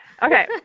Okay